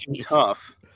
tough